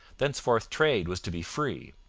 thenceforth trade was to be free.